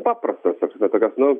paprastos ta prasme tokios nu